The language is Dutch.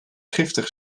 giftig